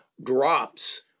Drops